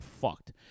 fucked